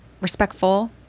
respectful